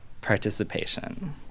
participation